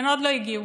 הן עוד לא הגיעו.